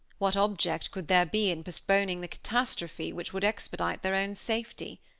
what object could there be in postponing the catastrophe which would expedite their own safety.